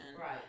Right